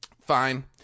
Fine